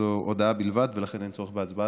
זו הודעה בלבד, ולכן אין צורך בהצבעה.